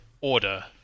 order